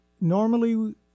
Normally